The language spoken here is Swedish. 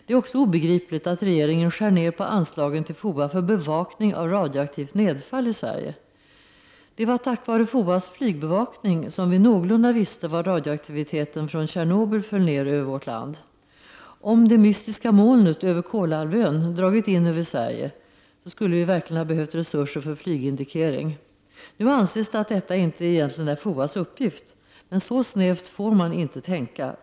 Det är också obegripligt att regeringen skär ned på anslagen till FOA för bevakningen av radioaktivt nedfall i Sverige! Det var tack vare FOAS flygbevakning som vi någorlunda visste var radioaktiviteten från Tjernobyl föll ned över vårt land. Om det mystiska molnet över Kolahalvön dragit in över Sverige, skulle vi verkligen behövt resurser för flygindikering. Nu anses det att detta inte egentligen är FOASs uppgift. Men så snävt får man inte tänka.